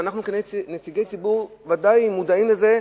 אנחנו כנציגי ציבור ודאי מודעים לזה,